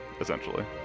essentially